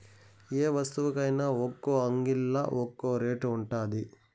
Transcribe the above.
యే వస్తువుకైన ఒక్కో అంగిల్లా ఒక్కో రేటు ఉండాది